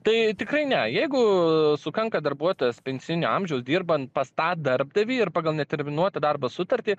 tai tikrai ne jeigu sukanka darbuotojas pensijinio amžiaus dirbant pas tą darbdavį ir pagal neterminuotą darbo sutartį